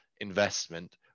investment